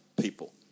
people